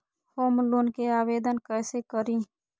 Home loan के आवेदन कैसे करि?